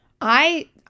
I-